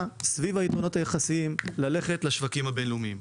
סביב היתרונות היחסיים; ללכת לשווקים הבין-לאומיים.